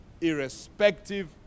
irrespective